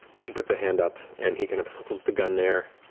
she puts a hand up, and he kind of holds the gun there.